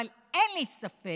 אבל אין לי ספק